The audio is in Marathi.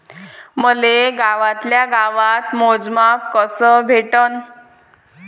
मले गावातल्या गावात मोजमाप कस भेटन?